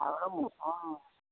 আৰু মোৰ অঁ